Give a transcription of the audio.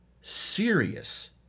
serious